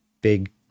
big